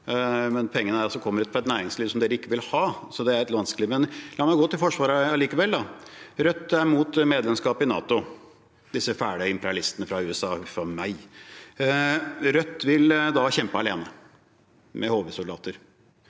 men pengene kommer altså fra et næringsliv de ikke vil ha, så det er litt vanskelig. La meg gå til Forsvaret likevel: Rødt er imot medlemskap i NATO – disse fæle imperialistene fra USA, å, huff a meg. Rødt vil da kjempe alene med heimevernssoldater.